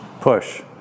push